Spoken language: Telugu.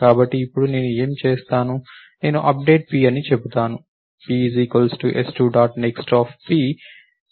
కాబట్టి ఇప్పుడు నేను ఏమి చేస్తాను నేను అప్డేట్ p అని చెబుతాను p s2 dot next of p